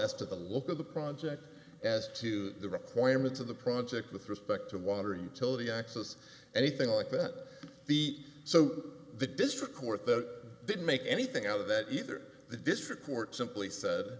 as to the look of the project as to the requirements of the project with respect to water utility axis anything like that the so the district court that didn't make anything out of that either the district court simply said